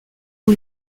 ont